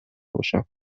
باشم